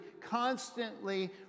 constantly